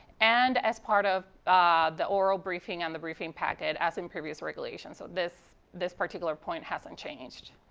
and as part of the oral briefing on the briefing packet as in previous regulations. so this this particular point hasn't changed.